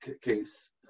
case